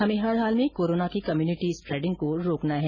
हमें हर हाल में कोरोना की कम्प्रनिटी स्प्रेडिंग को रोकना है